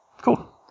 Cool